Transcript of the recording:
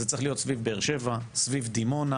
זה צריך להיות סביב באר שבע, סביב דימונה,